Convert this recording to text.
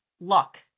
luck